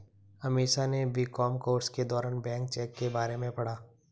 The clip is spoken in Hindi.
अमीषा ने बी.कॉम कोर्स के दौरान बैंक चेक के बारे में पढ़ा